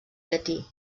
llatí